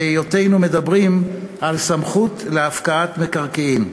בהיותנו מדברים על סמכות להפקעת מקרקעין.